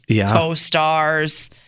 co-stars